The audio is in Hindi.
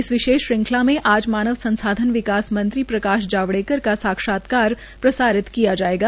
इस विशेष श्रंखला मे आज मानव संसाधन विकास मंत्री प्रकाश जावड़ेकर का साक्षात्कार प्रसारित किया जाएगा